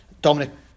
Dominic